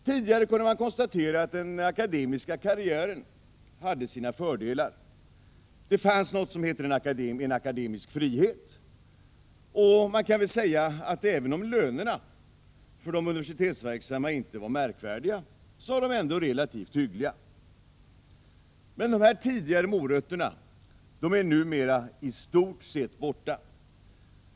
Tidigare kunde man konstatera att den akademiska karriären hade sina fördelar. Det fanns någonting som hette en akademisk frihet. Man kan säga att även om lönerna för de universitetsverksamma inte var märkvärdiga, var de ändå relativt hyggliga. De här tidigare morötterna är numera i stort sett borta.